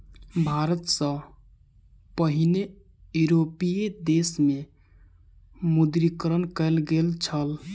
भारत सॅ पहिने यूरोपीय देश में विमुद्रीकरण कयल गेल छल